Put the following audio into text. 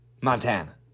Montana